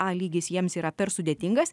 a lygis jiems yra per sudėtingas